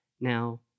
now